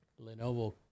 Lenovo